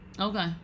okay